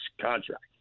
contract